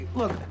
look